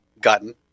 gotten